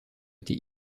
été